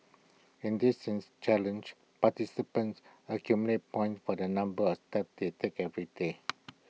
in this things challenge participants accumulate points for the number of steps they take every day